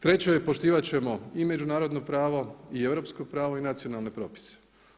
Treće, poštivat ćemo i međunarodno pravo i europsko pravo i nacionalne propise.